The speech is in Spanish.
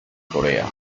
corea